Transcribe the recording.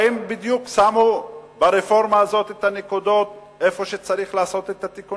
האם שמו ברפורמה הזאת את הנקודות בדיוק איפה שצריך לעשות את התיקונים?